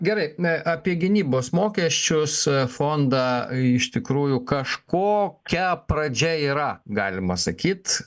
gerai apie gynybos mokesčius fondą iš tikrųjų kažkokia pradžia yra galima sakyt